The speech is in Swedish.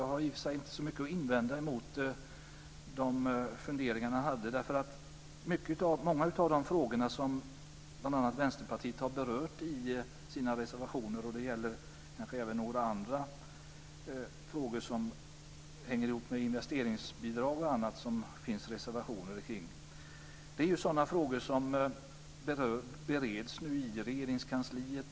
Jag har i och för sig inte så mycket att invända mot de funderingar som han hade därför att många av de frågor som bl.a. Vänsterpartiet har berört i sina reservationer - det gäller kanske även några andra frågor som hänger ihop med investeringsbidrag och annat som det finns reservationer om - bereds nu i Regeringskansliet.